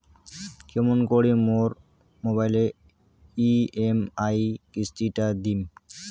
কেমন করি মোর মোবাইলের ই.এম.আই কিস্তি টা দিম?